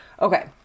Okay